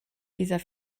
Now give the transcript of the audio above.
dieser